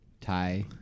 Thai